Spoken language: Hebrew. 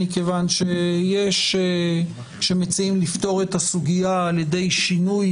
מכיוון שיש שמציעים לפתור את הסוגייה על ידי שינוי